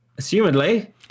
Assumedly